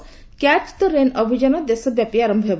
'catch the rain' ଅଭିଯାନ ଦେଶବ୍ୟାପୀ ଆରମ୍ଭ ହେବ